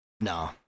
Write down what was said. No